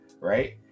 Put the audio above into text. right